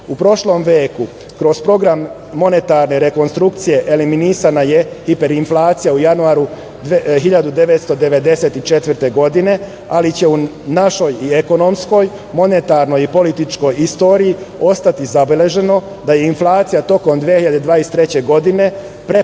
U prošlom veku, kroz program monetarne rekonstrukcije, eliminisana je hiperinflacija u januaru 1994. godine, ali će u našoj ekonomskoj, monetarnoj i političkoj istoriji ostati zabeleženo da je inflacija tokom 2023. godine prepolovljena